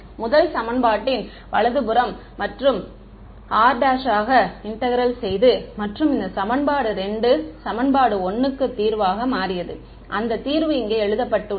முதல் சமன்பாட்டின் வலது புறம் மற்றும் அதை r ஆக இன்டெக்ரல் செய்து மற்றும் இந்த சமன்பாடு 2 சமன்பாடு 1 க்கு தீர்வாக மாறியது அந்த தீர்வு இங்கே எழுதப்பட்டுள்ளது